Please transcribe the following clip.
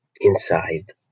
inside